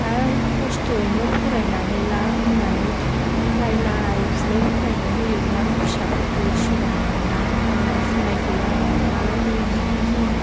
दा खस्थ'यैनो फरायनानै ला होननानै रायलाय बुलाय फरायनो होयोमोन आं फिसाफोरखो इसोराखो गाननाय जुमनाय गैया मालायनि जि जुम